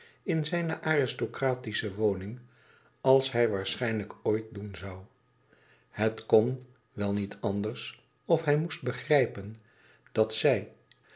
in zijne aristocratische woning als hij waarschijnlijk ooit doen zou het kon wel niet anders of hij moest begrijpen dat zij